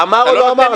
אמר או לא אמר?